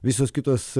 visos kitos